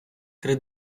три